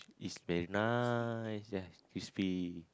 is very nice ya it's crispy